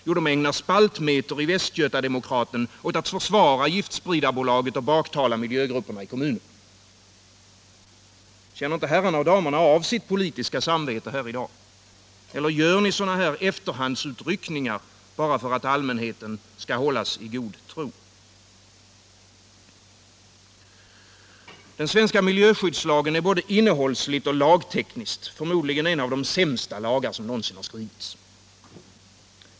Jo, de ägnar spaltmeter i Västgöta-Demokraten åt att försvara giftspridarbolaget och baktala miljögrupperna i kommunen. Känner inte herrarna och damerna av sitt politiska samvete här i dag? Eller gör ni sådana här efterhandsutryckningar bara för att allmänheten skall hållas i god tro? Den svenska miljöskyddslagen är både innehållsligt och lagtekniskt förmodligen en av de sämsta lagar som någonsin skrivits.